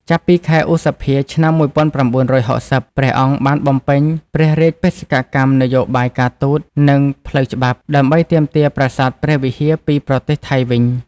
ចាប់ពីខែឧសភា ឆ្នាំ១៩៦០ ព្រះអង្គបានបំពេញព្រះរាជបេសកកម្មនយោបាយការទូត និងផ្លូវច្បាប់ ដើម្បីទាមទារប្រាសាទព្រះវិហារពីប្រទេសថៃវិញ។